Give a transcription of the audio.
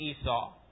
Esau